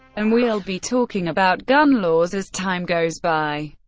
and we'll be talking about gun laws as time goes by.